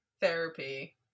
therapy